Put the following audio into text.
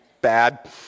bad